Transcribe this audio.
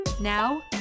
Now